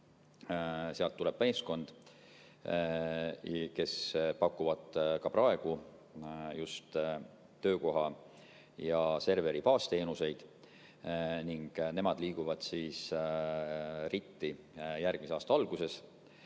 Sealt tuleb meeskond, kes pakub ka praegu just töökoha ja serveri baasteenuseid, ning nemad liiguvad RIT-i järgmise aasta alguses.